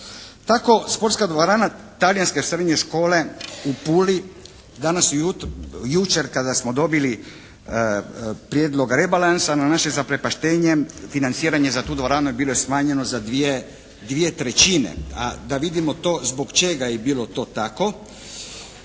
Tako sportska dvorana talijanske srednje škole u Puli danas ujutro, jučer kada smo dobili prijedlog rebalansa na naše zaprepaštenje financiranje za tu dvoranu je bilo smanjeno za dvije trećine. A da vidimo to zbog čega je bilo to tako.